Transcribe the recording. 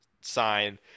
sign